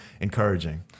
encouraging